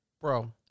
Bro